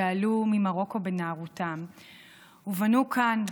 שעלו ממרוקו בנערותם ובנו כאן,